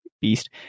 beast